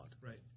Right